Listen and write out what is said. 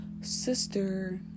sister